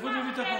תודה.